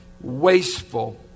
wasteful